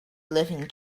living